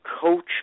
coach